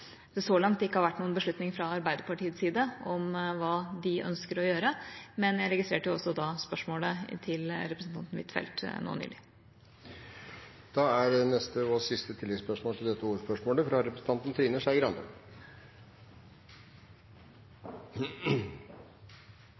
det så langt ikke har vært noen beslutning fra Arbeiderpartiets side om hva de ønsker å gjøre, men jeg registrerte da også spørsmålet til representanten Huitfeldt nå nylig. Trine Skei Grande – til siste